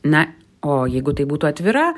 na o jeigu tai būtų atvira